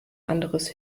anderes